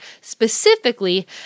specifically